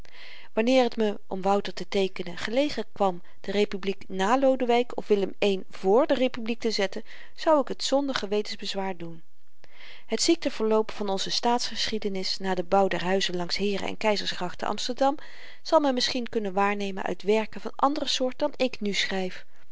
wanneer t me om wouter te teekenen gelegen kwam de republiek nà lodewyk of willem i vr de republiek te zetten zou ik t zonder gewetensbezwaar doen het ziekteverloop van onze staatsgeschiedenis na den bouw der huizen langs heeren en keizersgracht te amsterdam zal men misschien kunnen waarnemen uit werken van andere soort dan ik nu schryf